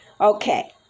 Okay